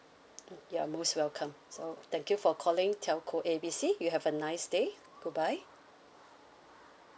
you are most welcome so thank you for calling telco A B C you have a nice day goodbye